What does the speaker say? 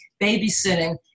babysitting